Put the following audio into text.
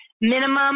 minimum